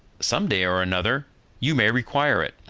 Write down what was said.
some day or another you may require it.